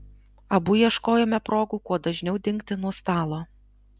abu ieškojome progų kuo dažniau dingti nuo stalo